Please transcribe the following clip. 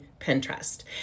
Pinterest